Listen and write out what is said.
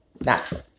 natural